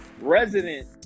resident